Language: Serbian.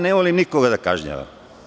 Ne volim nikoga da kažnjavam.